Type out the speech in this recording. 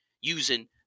using